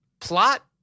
plot